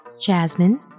Jasmine